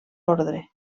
ordre